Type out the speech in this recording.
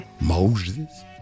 Moses